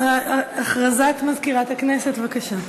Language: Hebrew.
הודעת מזכירת הכנסת, בבקשה.